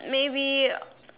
maybe